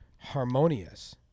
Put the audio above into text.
harmonious